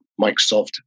Microsoft